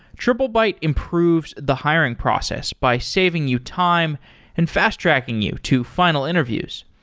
triplebyte improves the hiring process by saving you time and fast-tracking you to final interviews.